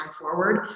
forward